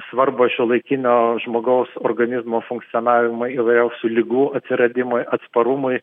svarbą šiuolaikinio žmogaus organizmo funkcionavimui įvairiausių ligų atsiradimui atsparumui